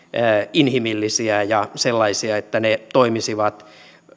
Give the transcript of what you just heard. inhimillisiä ja sellaisia että ne toimisivat